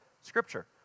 Scripture